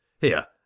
Here